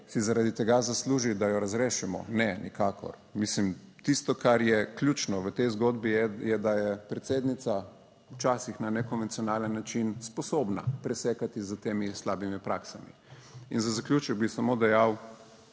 Si zaradi tega zasluži, da jo razrešimo? Ne, nikakor. Mislim tisto, kar je ključno v tej zgodbi je, da je predsednica včasih na nekonvencionalen način sposobna presekati s temi slabimi praksami. In za zaključek bi samo dejal,